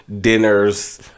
dinners